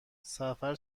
سفر